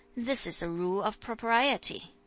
this is a rule of propriety